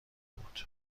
بود